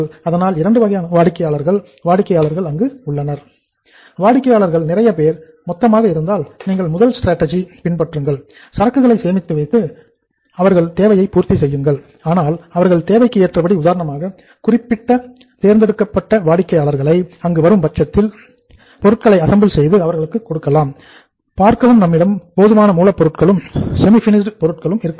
அதனால் இரண்டு வகையான வாடிக்கையாளர்கள் வாடிக்கையாளர்கள் அங்கு உள்ளனர் வாடிக்கையாளர்கள் நிறைய பேர் மொத்தமாக இருந்தால் நீங்கள் முதல் ஸ்ட்ராடஜி பொருட்களும் இருக்க வேண்டும்